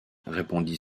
répondit